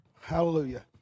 Hallelujah